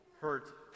hurt